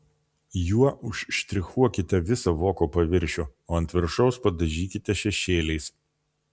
juo užštrichuokite visą voko paviršių o ant viršaus padažykite šešėliais